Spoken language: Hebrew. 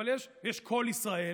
יש קול ישראל,